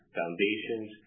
foundations